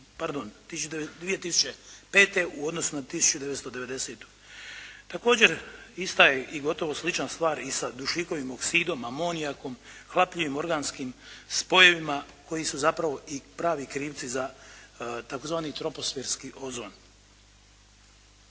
pardon 2005. u odnosu na 1990. Također, ista je i gotovo slična stvar i sa dušikovim oksidom, amonijakom, hlapljivim organskih spojevima koji su zapravo i pravi krivci za tzv. troposferski ozon.